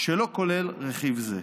שלא כולל רכיב זה.